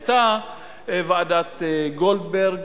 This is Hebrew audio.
היתה ועדת-גולדברג,